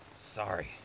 Sorry